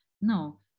No